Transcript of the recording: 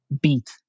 beat